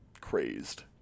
crazed